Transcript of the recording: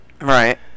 Right